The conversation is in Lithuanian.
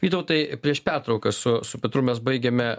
vytautai prieš pertrauką su su petru mes baigėme